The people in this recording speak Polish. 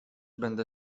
będę